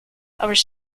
however